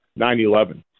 9-11